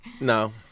No